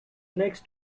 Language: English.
next